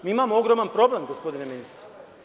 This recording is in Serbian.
Mi imamo ogroman problem gospodine ministre.